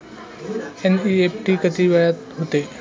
NEFT किती वेळात होते?